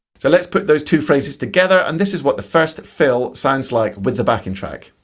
so let's put those two phrases together and this is what the first fill sounds like with the backing track.